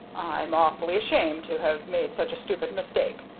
i'm awfully ashamed to have made such a stupid mistake,